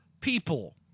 people